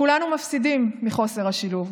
כולנו מפסידים מחוסר השילוב,